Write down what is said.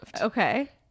Okay